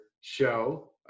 show